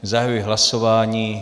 Zahajuji hlasování.